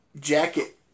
jacket